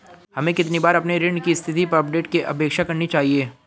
हमें कितनी बार अपने ऋण की स्थिति पर अपडेट की अपेक्षा करनी चाहिए?